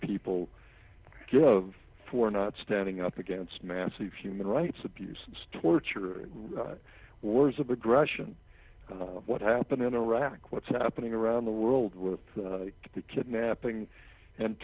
people of for not standing up against massive human rights abuses torture wars of aggression what happened in iraq what's happening around the world with the kidnapping and